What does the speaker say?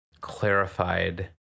clarified